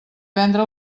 vendre